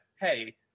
hey